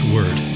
Word